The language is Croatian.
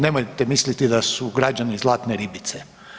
Nemojte misliti da su građani zlatne ribice.